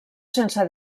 sense